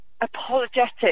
apologetic